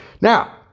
Now